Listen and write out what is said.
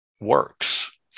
works